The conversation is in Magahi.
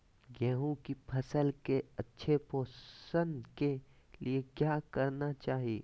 गेंहू की फसल के अच्छे पोषण के लिए क्या करना चाहिए?